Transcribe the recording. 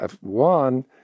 One—